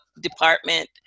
department